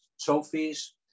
trophies